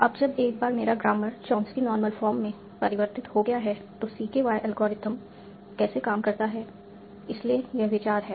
अब जब एक बार मेरा ग्रामर चॉम्स्की नॉर्मल फॉर्म में परिवर्तित हो गया है तो CKY एल्गोरिदम कैसे काम करता है इसलिए यह विचार है